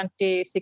2016